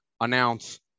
announce